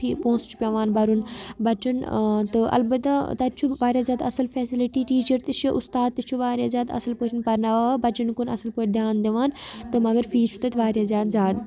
فی پونٛسہٕ چھُ پٮ۪وان بَرُن بَچَن تہٕ البتہ تَتہِ چھُ واریاہ زیادٕ اَصٕل فیسَلٕٹی ٹیٖچَر تہِ چھُ اُستاد تہِ چھُ واریاہ زیادٕ اَصٕل پٲٹھۍ پَرناوان بَچَن کُن اَصٕل پٲٹھۍ دیان دِوان تہٕ مگر فیٖس چھُ تَتہِ واریاہ زیادٕ زیاد